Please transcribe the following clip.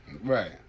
Right